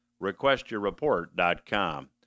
requestyourreport.com